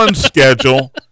schedule